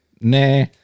nah